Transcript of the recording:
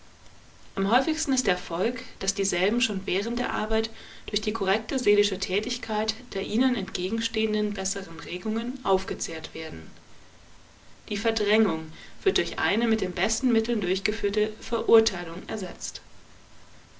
am häufigsten ist der erfolg daß dieselben schon während der arbeit durch die korrekte seelische tätigkeit der ihnen entgegenstehenden besseren regungen aufgezehrt werden die verdrängung wird durch eine mit den besten mitteln durchgeführte verurteilung ersetzt